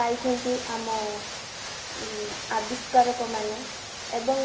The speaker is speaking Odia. ପାଇଛନ୍ତି ଆମ ଆବିଷ୍କାରକ ମାନେ ଏବଂ